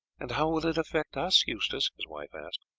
and how will it affect us, eustace? his wife asked.